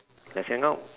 let's hang up